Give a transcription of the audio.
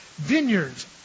vineyards